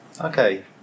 Okay